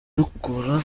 dukora